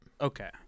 okay